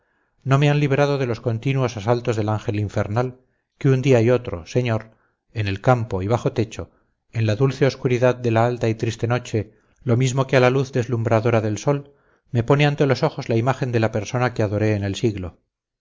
no me han librado de los continuos asaltos del ángel infernal que un día y otro señor en el campo y bajo techo en la dulce oscuridad de la alta y triste noche lo mismo que a la luz deslumbradora del sol me pone ante los ojos la imagen de la persona que adoré en el siglo